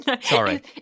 Sorry